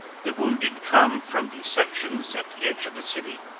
the wounded come from the sections at the edge of the city.